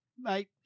Mate